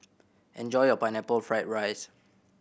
enjoy your Pineapple Fried rice